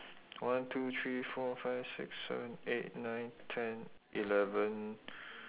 one two three four five six seven eight nine ten eleven